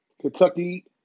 Kentucky